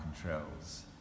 controls